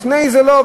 לפני זה לא,